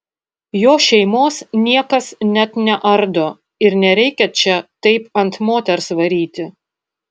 jo šeimos niekas net neardo ir nereikia čia taip ant moters varyti